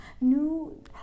new